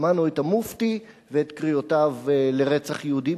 שמענו את המופתי ואת קריאותיו לרצח יהודים